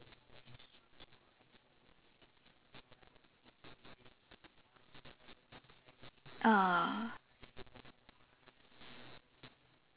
ah